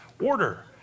order